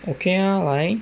okay lah 来